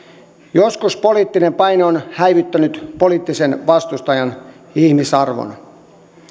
joskus poliittinen paine on häivyttänyt poliittisen vastustajan ihmisarvon